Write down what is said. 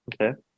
Okay